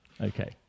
Okay